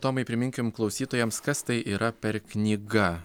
tomai priminkim klausytojams kas tai yra per knyga